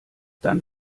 dann